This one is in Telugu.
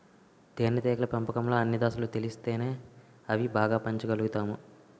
తేనేటీగల పెంపకంలో అన్ని దశలు తెలిస్తేనే అవి బాగా పెంచగలుతాము